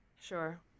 Sure